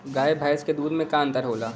गाय भैंस के दूध में का अन्तर होला?